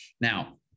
now